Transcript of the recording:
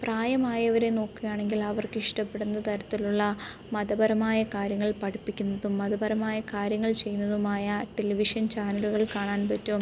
പ്രായമായവരെ നോക്കുകയാണെങ്കിൽ അവർക്കിഷ്ടപ്പെടുന്ന തരത്തിലുള്ള മതപരമായ കാര്യങ്ങൾ പഠിപ്പിക്കുന്നതും മതപരമായ കാര്യങ്ങൾ ചെയ്യുന്നതുമായ ടെലിവിഷൻ ചാനലുകൾ കാണാൻ പറ്റും